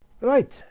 Right